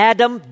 Adam